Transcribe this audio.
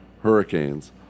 hurricanes